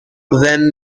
then